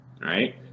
right